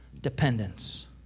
dependence